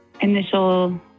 initial